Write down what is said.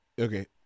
okay